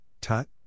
tut